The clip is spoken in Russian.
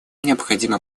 необходимо